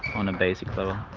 on a basic level.